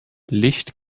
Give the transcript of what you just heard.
licht